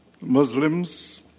Muslims